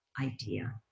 idea